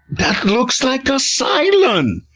that looks like a cylon!